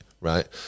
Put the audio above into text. right